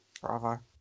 Bravo